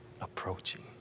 approaching